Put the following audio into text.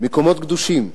מקומות קדושים,